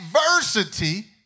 adversity